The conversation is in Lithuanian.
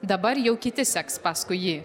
dabar jau kiti seks paskui jį